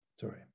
sorry